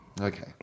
Okay